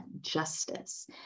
justice